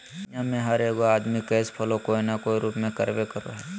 दुनिया में हर एगो आदमी कैश फ्लो कोय न कोय रूप में करबे करो हइ